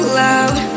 loud